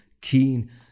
keen